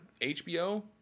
HBO